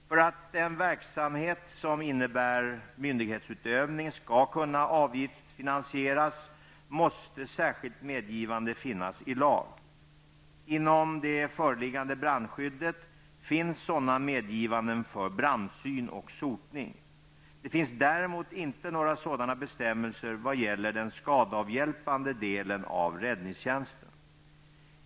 För att en verksamhet som innebär myndighetsutövning skall kunna avgiftsfinansieras måste särskilt medgivande finnas i lag. Inom det förebyggande brandskyddet finns också sådana medgivanden för brandsyn och sotning. Det finns däremot inte några sådana bestämmelser vad gäller den skadeavhjälpande delen av räddningstjänsten.